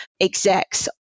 execs